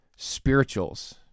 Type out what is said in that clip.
spirituals